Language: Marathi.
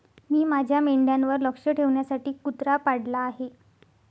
मी माझ्या मेंढ्यांवर लक्ष ठेवण्यासाठी कुत्रा पाळला आहे